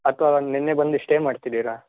ಅಥವಾ ನಿನ್ನೆ ಬಂದು ಸ್ಟೇ ಮಾಡ್ತಿದ್ದೀರಾ